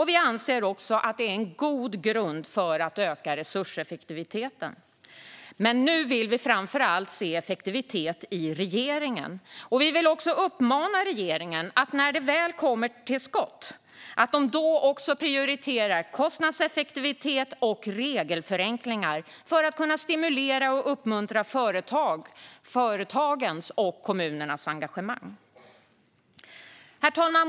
Vi anser också att det är en god grund för att öka resurseffektiviteten. Men nu vill vi framför allt se effektivitet i regeringen. Vi vill också uppmana regeringen när den väl kommer till skott att den då prioriterar kostnadseffektivitet och regelförenklingar för att kunna stimulera och uppmuntra företagens och kommunernas engagemang. Herr talman!